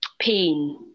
pain